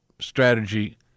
strategy